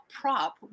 prop